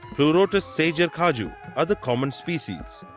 pleurotus sajor-caju are the common species.